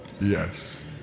yes